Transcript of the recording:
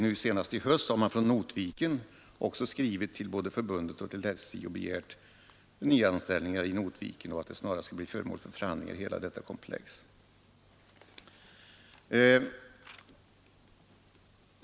Nu i höst har man från Notviken skrivit till både förbundet och SJ och begärt nyanställningar i Notviken och förhandlingar om hela frågekomplexet.